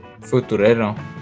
Futurero